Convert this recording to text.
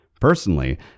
Personally